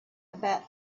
about